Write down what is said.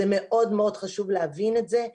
זה מאוד חשוב להבין את זה,